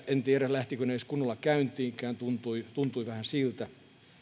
en tiedä lähtivätkö ne edes kunnolla käyntiinkään tuntui tuntui vähän siltä